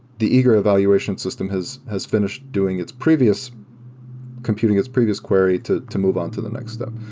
the eager evaluation system has has finished doing its previous computing its previous query to to move on to the next step.